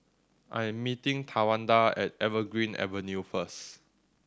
I am meeting Tawanda at Evergreen Avenue first